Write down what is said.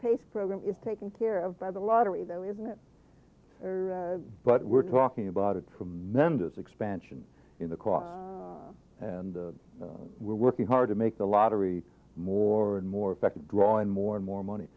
pace program is taken care of by the lottery though isn't it but we're talking about a tremendous expansion in the cost and we're working hard to make the lottery more and more effective drawing more and more money